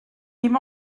dim